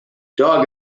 dog